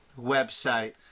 website